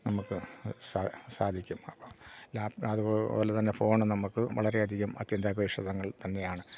നമുക്ക് സാധിക്കും അപ്പം ആ അതുപോലെ തന്നെ ഫോണ് നമുക്ക് വളരെയധികം അത്യന്താപേക്ഷിതം തന്നെയാണ്